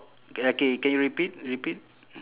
uh K can you repeat repeat